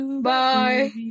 Bye